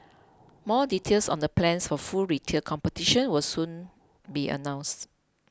more details on the plans for full retail competition will soon be announced